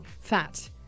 fat